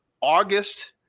August